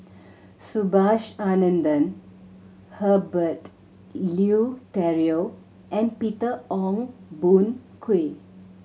Subhas Anandan Herbert Eleuterio and Peter Ong Boon Kwee